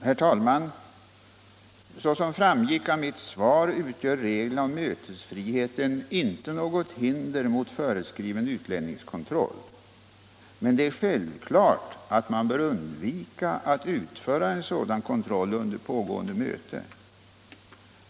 Herr talman! Såsom framgick av mitt svar utgör reglerna om mötesfriheten inte något hinder för föreskriven utlänningskontroll, men det är självklart att man bör undvika att utföra en sådan kontroll under pågående möte.